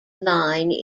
line